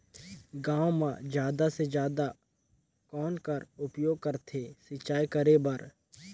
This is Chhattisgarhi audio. गांव म जादा से जादा कौन कर उपयोग करथे सिंचाई करे बर?